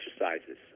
exercises